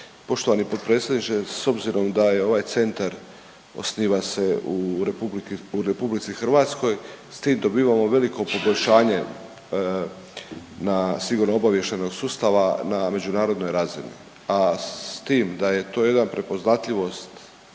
Poštovani potpredsjedniče s obzirom da je ovaj centar osniva se u RH s tim dobivamo veliko poboljšanje na sigurno-obavještajnog sustava na međunarodnoj razini, a s tim da je to jedan prepoznatljivost